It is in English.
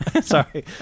Sorry